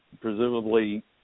presumably